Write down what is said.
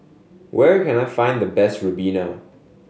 where can I find the best ribena